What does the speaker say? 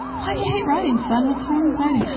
why do you hate writing, son? what's wrong with writing?